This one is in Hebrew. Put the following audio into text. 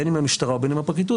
בין אם למשטרה ובין אם לפרקליטות,